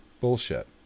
bullshit